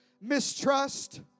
mistrust